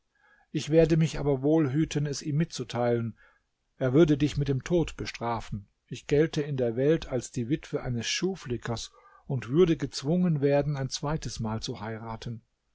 ich werde mich aber wohl hüten es ihm mitzuteilen er würde dich mit dem tod bestrafen ich gälte in der welt als die witwe eines schuhflickers und würde gezwungen werden ein zweites mal zu heiraten